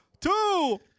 Two